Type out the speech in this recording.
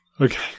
okay